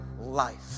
life